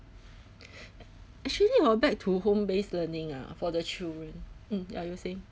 actually hor back to home based learning ah for the children mm ya you saying